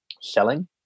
selling